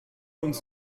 uns